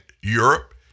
Europe